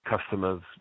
customers